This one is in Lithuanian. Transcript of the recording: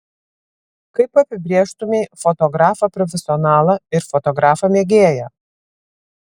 kaip apibrėžtumei fotografą profesionalą ir fotografą mėgėją